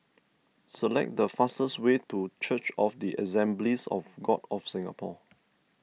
select the fastest way to Church of the Assemblies of God of Singapore